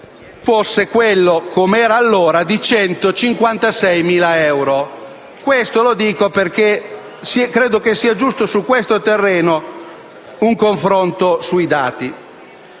fosse quello, come era allora, di 156.000 euro. Dico questo perché credo sia giusto, su questo terreno, un confronto sui dati.